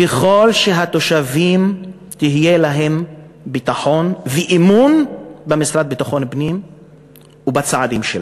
ככה התושבים יהיה להם ביטחון ואמון במשרד לביטחון הפנים ובצעדים שלו.